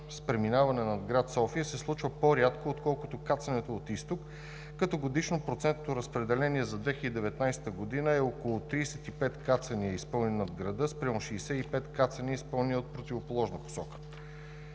с преминаване над град София се случва по-рядко, отколкото кацането от изток, като годишно процентното разпределение за 2019 г. е около 35 кацания, изпълнени над града, спрямо 65 кацания, изпълнени от противоположна посока.